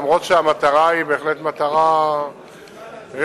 אף שהמטרה היא בהחלט מטרה ראויה,